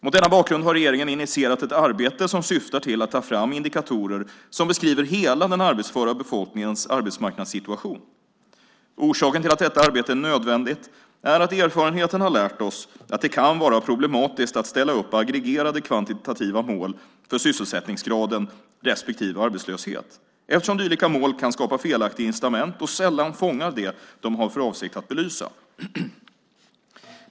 Mot denna bakgrund har regeringen initierat ett arbete som syftar till att ta fram indikatorer som beskriver hela den arbetsföra befolkningens arbetsmarknadssituation. Orsaken till att detta arbete är nödvändigt är att erfarenheten har lärt oss att det kan vara problematiskt att ställa upp aggregerade kvantitativa mål för sysselsättningsgraden respektive arbetslösheten eftersom dylika mål kan skapa felaktiga incitament och sällan fångar det de avses belysa.